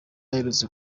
aherutse